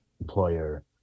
employer